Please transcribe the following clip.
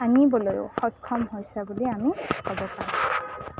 আনিবলৈয়ো সক্ষম হৈছে বুলি আমি ক'ব পাৰোঁ